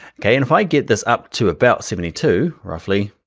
okay, and if i get this up to about seventy two, roughly,